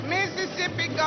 Mississippi